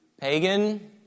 pagan